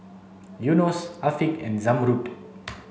Yunos Afiq and Zamrud